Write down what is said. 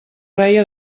reia